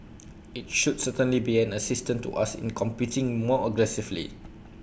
IT should certainly be an assistance to us in competing more aggressively